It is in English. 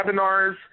webinars